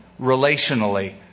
relationally